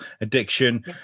addiction